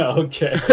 okay